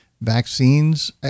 vaccines